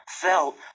felt